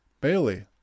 Bailey